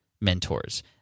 mentors